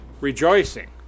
Rejoicing